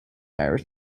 irish